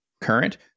current